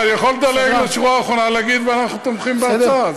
אני יכול לדלג לשורה האחרונה ולהגיד: אנחנו תומכים בהצעה.